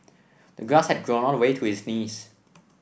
the grass had grown all the way to his knees